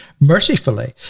mercifully